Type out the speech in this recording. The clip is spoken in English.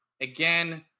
Again